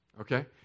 Okay